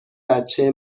بچه